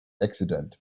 accident